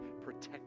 protect